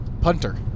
punter